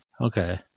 Okay